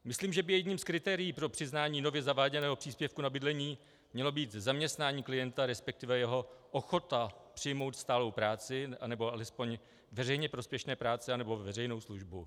Myslím, že by jedním z kritérií pro přiznání nově zaváděného příspěvku na bydlení mělo být zaměstnání klienta, respektive jeho ochota přijmout stálou práci, anebo alespoň veřejně prospěšné práce nebo veřejnou službu.